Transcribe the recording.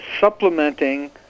supplementing